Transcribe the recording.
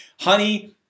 honey